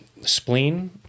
spleen